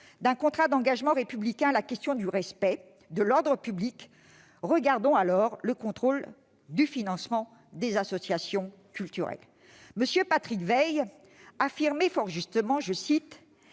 d'un contrat d'engagement républicain la question du respect de l'ordre public. Regardons le contrôle du financement des associations culturelles. M. Patrick Weil affirmait fort justement :«